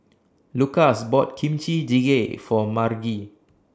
Lukas bought Kimchi Jjigae For Margie